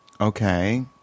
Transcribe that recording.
Okay